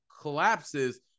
collapses